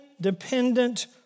dependent